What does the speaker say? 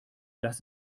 das